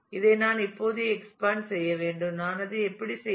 இதை நான் இப்போது எக்ஸ்பேண்ட் செய்ய வேண்டும் நான் அதை எப்படி செய்வது